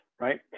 right